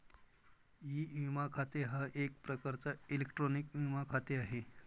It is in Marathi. ई विमा खाते हा एक प्रकारचा इलेक्ट्रॉनिक विमा खाते आहे